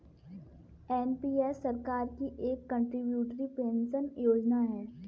NPS सरकार की एक कंट्रीब्यूटरी पेंशन योजना है